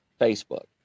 Facebook